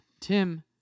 Tim